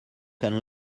can